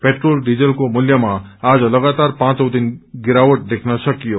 petrol डिजलको मूल्यमा आज लगातार पौंचौ दिन गिरावट देखन सकियो